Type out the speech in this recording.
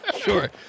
Sure